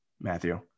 Matthew